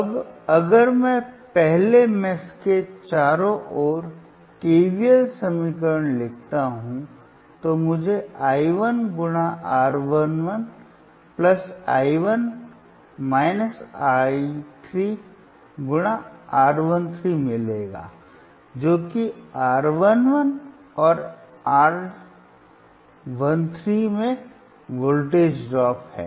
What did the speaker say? अब अगर मैं पहले मेष के चारों ओर केवीएल समीकरण लिखता हूं तो मुझे i 1 × R 1 1 i 1 i 3 × R 1 3 मिलेगा जो कि R 1 1 और R 1 3 में वोल्टेज ड्रॉप हैं